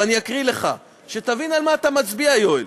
ואני אקריא לך, שתבין על מה אתה מצביע, יואל: